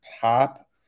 top